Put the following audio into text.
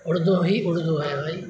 اردو ہی اردو ہے بھائی